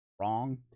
wrong